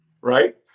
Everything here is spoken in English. right